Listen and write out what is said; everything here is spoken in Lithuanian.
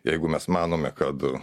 jeigu mes manome kad